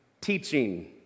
teaching